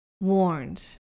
warned